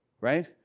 right